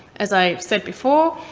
as i've said before,